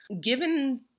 Given